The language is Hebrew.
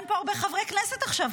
אין פה הרבה חברי כנסת עכשיו,